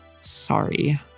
Sorry